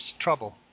trouble